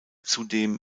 zudem